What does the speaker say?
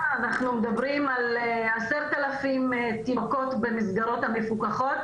אנחנו מדברים על 10,000 תינוקות במסגרות המפוקחים,